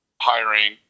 hiring